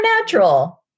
natural